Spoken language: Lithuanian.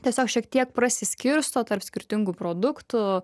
tiesiog šiek tiek prasiskirsto tarp skirtingų produktų